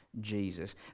jesus